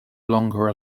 longer